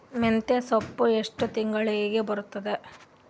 ಮೆಂತ್ಯ ಸೊಪ್ಪು ಎಷ್ಟು ತಿಂಗಳಿಗೆ ಬರುತ್ತದ?